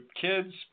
kids